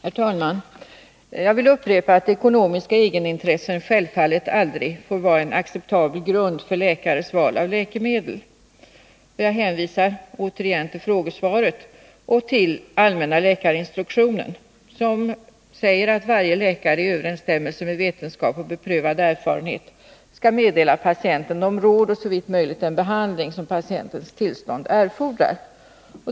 Herr talman! Jag vill upprepa att ekonomiska egenintressen självfallet aldrig får vara en acceptabel grund för läkares val av läkemedel. Jag hänvisar återigen till frågesvaret och till allmänna läkarinstruktionen, som säger att varje läkare i överensstämmelse med vetenskap och beprövad erfarenhet skall meddela patienten de råd och, såvitt möjligt, den behandling som patientens tillstånd fordrar.